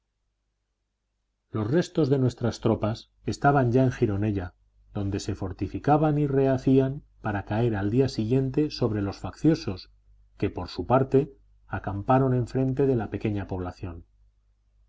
los restos de nuestras tropas estaban ya en gironella donde se fortificaban y rehacían para caer al día siguiente sobre los facciosos que por su parte acamparon enfrente de la pequeña población